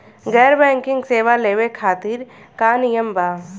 गैर बैंकिंग सेवा लेवे खातिर का नियम बा?